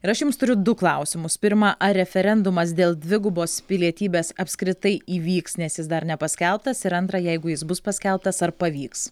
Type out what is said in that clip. ir aš jums turiu du klausimus pirma ar referendumas dėl dvigubos pilietybės apskritai įvyks nes jis dar nepaskelbtas ir antra jeigu jis bus paskelbtas ar pavyks